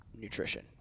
nutrition